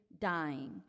dying